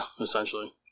essentially